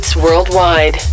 worldwide